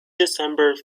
december